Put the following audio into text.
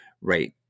right